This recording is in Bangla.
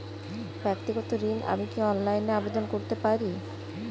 ব্যাক্তিগত ঋণ আমি কি অনলাইন এ আবেদন করতে পারি?